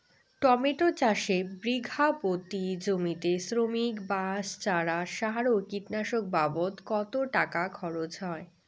Tomato চাষে বিঘা প্রতি জমিতে শ্রমিক, বাঁশ, চারা, সার ও কীটনাশক বাবদ কত টাকা খরচ হয়?